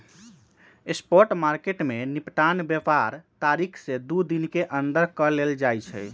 spot market में निपटान व्यापार तारीख से दू दिन के अंदर कऽ लेल जाइ छइ